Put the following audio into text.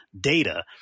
data